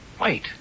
Wait